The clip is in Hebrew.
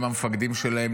הם המפקדים שלהם,